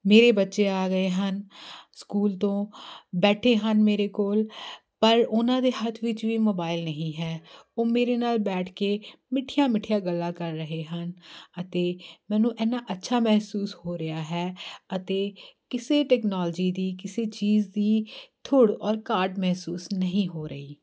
ਮੇਰੇ ਬੱਚੇ ਆ ਗਏ ਹਨ ਸਕੂਲ ਤੋਂ ਬੈਠੇ ਹਨ ਮੇਰੇ ਕੋਲ ਪਰ ਉਹਨਾਂ ਦੇ ਹੱਥ ਵਿੱਚ ਵੀ ਮੋਬਾਇਲ ਨਹੀਂ ਹੈ ਉਹ ਮੇਰੇ ਨਾਲ ਬੈਠ ਕੇ ਮਿੱਠੀਆਂ ਮਿੱਠੀਆਂ ਗੱਲਾਂ ਕਰ ਰਹੇ ਹਨ ਅਤੇ ਮੈਨੂੰ ਇੰਨਾ ਅੱਛਾ ਮਹਿਸੂਸ ਹੋ ਰਿਹਾ ਹੈ ਅਤੇ ਕਿਸੇ ਟੈਕਨੋਲੋਜੀ ਦੀ ਕਿਸੇ ਚੀਜ਼ ਦੀ ਥੁੜ ਔਰ ਘਾਟ ਮਹਿਸੂਸ ਨਹੀਂ ਹੋ ਰਹੀ